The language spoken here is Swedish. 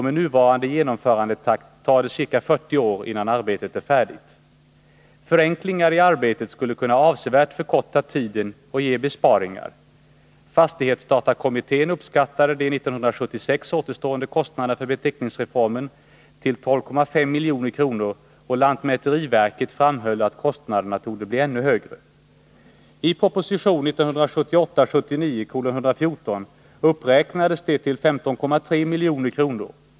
Med nuvarande genomförandetakt tar arbetet ca 40 år, innan det är färdigt. Förenklingar i arbetet skulle kunna avsevärt förkorta tiden och ge besparingar. Fastighetsdatakommittén uppskattade de 1976 återstående kostnaderna för beteckningsreformen till 12,5 milj.kr., och lantmäteriverket framhöll att kostnaderna torde bli ännu högre. I proposition 1978/79:114 uppräknades kostnaderna till 15,3 milj.kr.